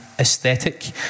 aesthetic